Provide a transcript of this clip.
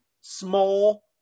small